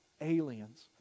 aliens